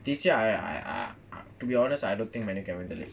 this year I I I to be honest I don't think man U can win the league